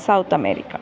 south america